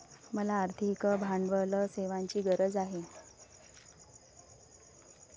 मला आर्थिक भांडवल सेवांची गरज आहे